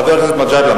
חבר הכנסת מג'אדלה,